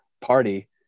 party